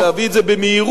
ולהביא את זה במהירות,